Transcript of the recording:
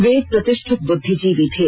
वे एक प्रतिष्ठित बुद्विजीवी थे